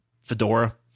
fedora